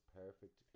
perfect